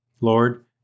Lord